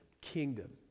kingdom